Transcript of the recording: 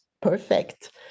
perfect